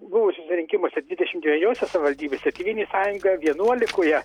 buvusiuose rinkimuose dvidešim dviejose savivaldybėse tėvynės sąjunga vienuolikoje